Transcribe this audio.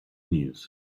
news